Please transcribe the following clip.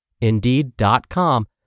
Indeed.com